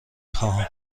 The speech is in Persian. خواهم